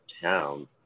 town